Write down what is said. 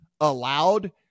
allowed